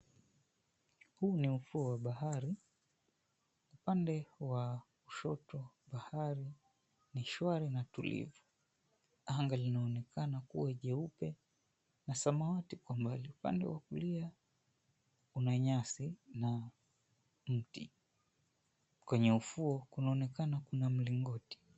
Huu ni ufuo wa bahari, upande wa kushoto bahari ni shwari na tulivu. Anga linaonekana kuwa jeupe na samawati kwa mbali. Upande wa kulia, kuna nyasi na mti. Kwenye ufuo kunaonekana kuna mlingoti.